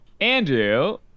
andrew